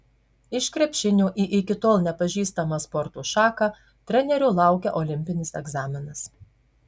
iš krepšinio į iki tol nepažįstamą sporto šaką trenerio laukia olimpinis egzaminas